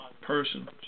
person